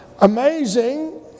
Amazing